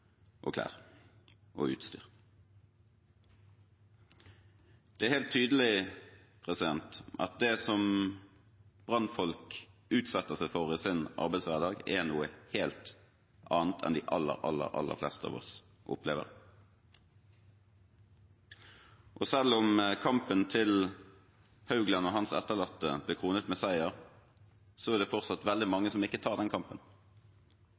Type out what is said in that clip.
og utstyr. Det er helt tydelig at det som brannfolk utsetter seg for i sin arbeidshverdag, er noe helt annet enn det de aller, aller fleste av oss opplever. Selv om kampen til Haugland og hans etterlatte ble kronet med seier, er det fortsatt veldig mange som ikke tar den kampen.